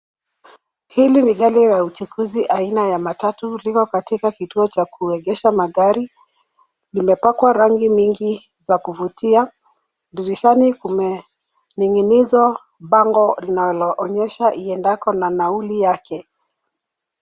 Hili ni gari la uchukuzi aina ya matatu, liko katika kituo cha kuegesha magari. Limepakwa rangi nyingi za kuvutia, dirishani kumening'inizwa bango linaloonyesha iendako na nauli yake.